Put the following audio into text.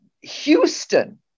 Houston